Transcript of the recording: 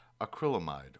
acrylamide